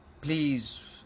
Please